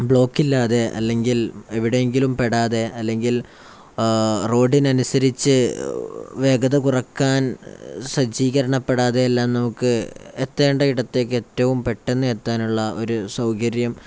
ബ്ലോക്കില്ലാതെ അല്ലെങ്കിൽ എവിടെയെങ്കിലും പെടാതെ അല്ലെങ്കിൽ റോഡിനനുസരിച്ച് വേഗത കുറയ്ക്കാൻ സജ്ജീകരണപ്പെടാതെ എല്ലാം നമുക്ക് എത്തേണ്ടയിടത്തേക്ക് ഏറ്റവും പെട്ടെന്ന് എത്താനുള്ള ഒരു സൗകര്യം